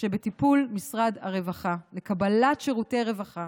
שבטיפול משרד הרווחה לקבלת שירותי רווחה